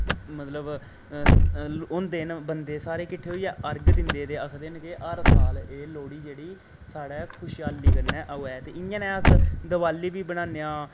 मतलब होंदे न बन्दे सारे किट्ठे होइयै अर्ग दिंदे ते आखदे न के हर साल एह् लोह्ड़ी जेह्ड़ी साढ़ै खुशहाली कन्नै आवै ते इयां नै अस दिवाली बी बनाने आं